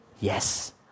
Yes